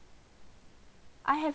I have